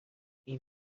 این